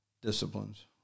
disciplines